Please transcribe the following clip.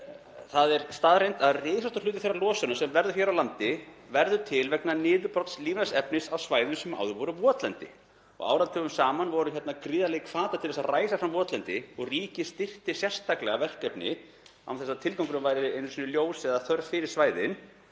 um þá staðreynd að risastór hluti þeirrar losunar sem verður hér á landi verður til vegna niðurbrots lífræns efnis á svæðum sem áður voru votlendi. Áratugum saman voru gríðarlegir hvatar til þess að ræsa fram votlendi og ríkið styrkti sérstaklega þau verkefni án þess að tilgangurinn væri einu sinni ljós eða þörf fyrir svæðin.